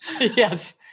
Yes